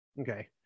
Okay